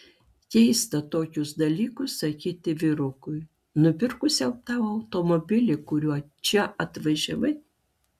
keista tokius dalykus sakyti vyrukui nupirkusiam tau automobilį kuriuo čia atvažiavai